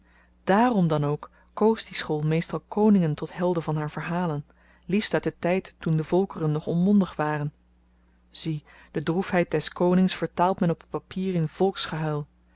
dààrom dan ook koos die school meestal koningen tot helden van haar verhalen liefst uit den tyd toen de volkeren nog onmondig waren zie de droefheid des konings vertaalt men op t papier in